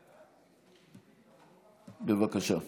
בבקשה.